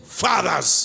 fathers